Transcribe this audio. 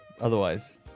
Otherwise